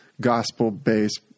gospel-based